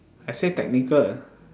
I say technical